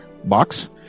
box